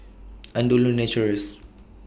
Andalou Naturals